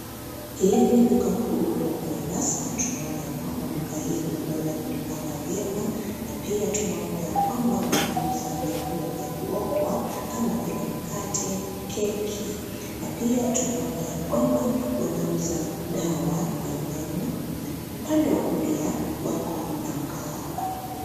Hili ni Duka kuu la Naivas na tunaona ya kwamba duka hili wameweza kulipanga vyema. Na pia tunaona ya kwamba wanauza vyakula vya kuokwa kama vile mkate, keki. Na pia tunaona ya kwamba wanauza dawa ya meno. Na upande wa kulia wako na mkahawa.